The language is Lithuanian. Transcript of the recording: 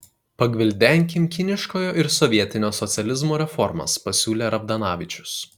pagvildenkim kiniškojo ir sovietinio socializmo reformas pasiūlė ravdanavičius